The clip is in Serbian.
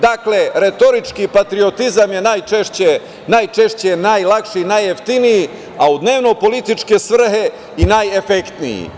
Dakle, retorički patriotizam je najčešći, najlakši i najjeftiniji, a u dnevno-političke svrhe i najefektniji.